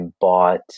bought